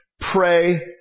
Pray